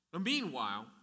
Meanwhile